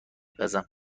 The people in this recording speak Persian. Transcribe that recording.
پزم